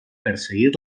perseguir